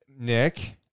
Nick